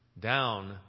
down